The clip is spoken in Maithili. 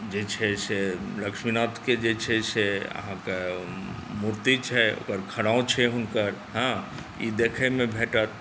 जे छै से लक्ष्मीनाथके जे छै से अहाँके मूर्ति छै ओकर खड़ाउँ छै हुनकर हँ ई देखैमे भेटत